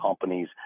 companies